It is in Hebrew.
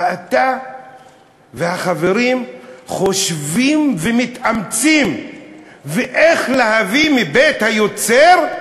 אתה והחברים חושבים ומתאמצים איך להביא מבית היוצר,